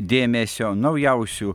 dėmesio naujausių